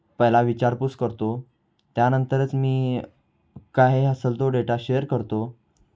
पहिला विचारपूस करतो त्यानंतरच मी काही असल तो डेटा शेअर करतो